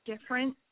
different